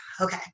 okay